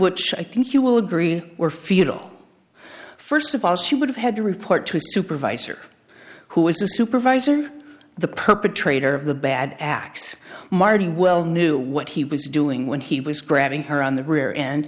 which i think you will agree were futile first of all she would have had to report to a supervisor who was a supervisor the perpetrator of the bad acts marty well knew what he was doing when he was grabbing her on the rear end